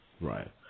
Right